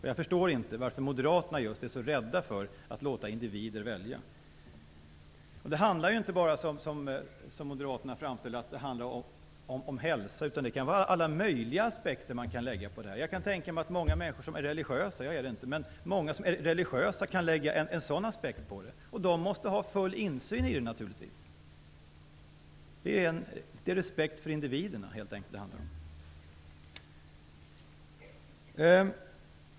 Jag förstår inte varför just moderaterna är så rädda för att låta individer välja. Det handlar inte bara om hälsa, som Moderaterna framställer det. Man kan lägga alla möjliga aspekter på det. Jag kan tänka mig att många människor som är religiösa - jag är det inte - kan lägga en religiös aspekt på det. De måste naturligtvis har full insyn. Det handlar helt enkelt om respekt för individerna.